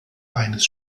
eines